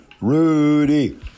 Rudy